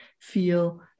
feel